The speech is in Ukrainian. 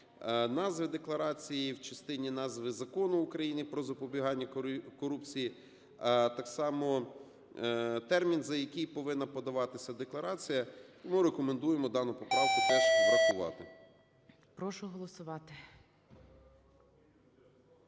назви декларації, в частині назви Закону України "Про запобігання корупції", так само термін, за який повинна подаватися декларація. Ми рекомендуємо дану поправку теж врахувати.